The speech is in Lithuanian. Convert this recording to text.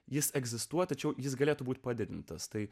jis egzistuoti tačiau jis galėtų būti padidintas tai